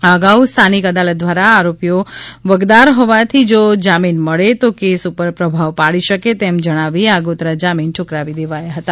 આ અગાઉ સ્થાનિક અદાલત દ્વારા આરોપીઓ વગદાર હોવાથી જો જામીન મળે તો કેસ ઉપર પ્રભાવ પાડી શકે તેમ જણાવી આગોતરા જામીન ઠુકરાવી દેવાયા હતા